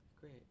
great